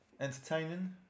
Entertaining